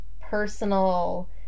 personal